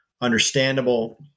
understandable